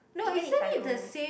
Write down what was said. even if I go